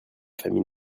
familles